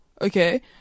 okay